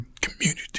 Community